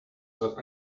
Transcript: will